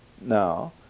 now